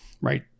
right